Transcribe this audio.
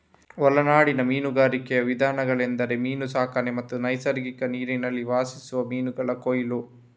ಒಳನಾಡಿನ ಮೀನುಗಾರಿಕೆಯ ವಿಧಗಳೆಂದರೆ ಮೀನು ಸಾಕಣೆ ಮತ್ತು ನೈಸರ್ಗಿಕ ನೀರಿನಲ್ಲಿ ವಾಸಿಸುವ ಮೀನುಗಳ ಕೊಯ್ಲು